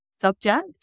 subject